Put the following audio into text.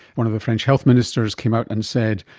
one of the french health ministers came out and said,